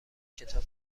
کتاب